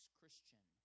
christian